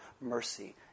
mercy